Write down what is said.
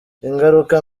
ingaruka